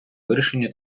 вирішення